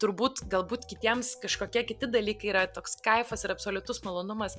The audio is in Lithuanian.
turbūt galbūt kitiems kažkokie kiti dalykai yra toks kaifas ir absoliutus malonumas